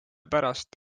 pärast